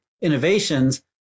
innovations